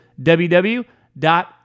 www